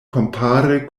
kompare